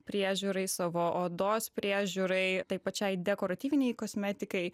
priežiūrai savo odos priežiūrai taip pačiai dekoratyvinei kosmetikai